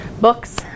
books